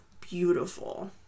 beautiful